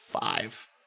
Five